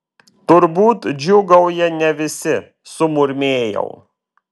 turbūt džiūgauja ne visi sumurmėjau